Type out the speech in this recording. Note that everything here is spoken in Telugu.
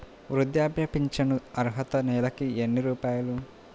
వృద్ధాప్య ఫింఛను అర్హత నెలకి ఎన్ని రూపాయలు?